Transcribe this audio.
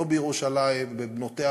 לא בירושלים ובנותיה,